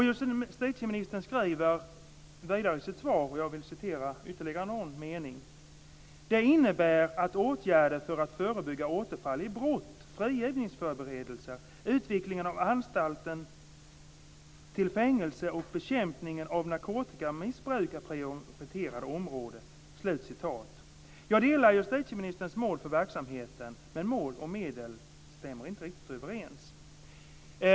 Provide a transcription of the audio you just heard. Justitieministern sade i sitt svar: "Det innebär att åtgärder för att förebygga återfall i brott, frigivningsförberedelser, utvecklingen av alternativen till fängelse och bekämpning av narkotikamissbruk är prioriterade områden." Jag delar justitieministerns mål för verksamheten, men mål och medel stämmer inte riktigt överens.